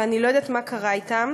אבל אני לא יודעת מה קרה אתם.